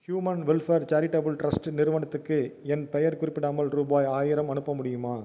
human welfare charitable trust நிறுவனத்துக்கு என் பெயர் குறிப்பிடாமல் ரூபாய் ஆயிரம் அனுப்ப முடியுமா